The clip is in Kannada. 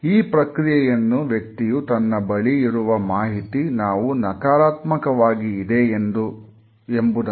ಈ ಪ್ರಕ್ರಿಯೆಯನ್ನು ವ್ಯಕ್ತಿಯು ತನ್ನ ಬಳಿ ಇರುವ ಮಾಹಿತಿ ನಾವು ನಕಾರಾತ್ಮಕವಾಗಿ ಇದೆ ಎಂಬುದನ್ನು ಸೂಚ್ಯವಾಗಿ ಹೇಳುತ್ತಾನೆ